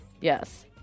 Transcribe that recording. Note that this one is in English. Yes